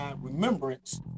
remembrance